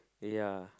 ya